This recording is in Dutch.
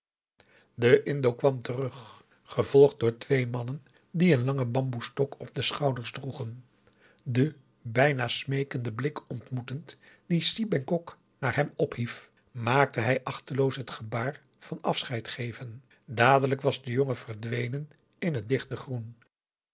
de indo kwam terug gevolgd door twee mannen die een langen bamboestok op de schouders droegen den bijna smeekenden blik ontmoetend dien si bengkok naar hem ophief maakte hij achteloos het gebaar van afscheid geven dadelijk was de jongen verdwenen in het dichte groen